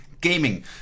gaming